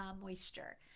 moisture